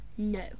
No